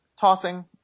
Tossing